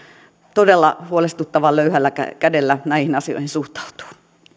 todella huolestuttavan löyhällä kädellä näihin asioihin suhtautuu